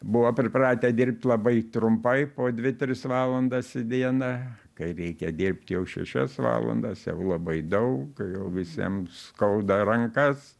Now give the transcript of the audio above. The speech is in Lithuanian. buvo pripratę dirbt labai trumpai po dvi tris valandas į dieną kai reikia dirbt jau šešias valandas jau labai daug jau visiem skauda rankas